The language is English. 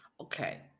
Okay